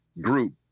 group